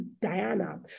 Diana